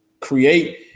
create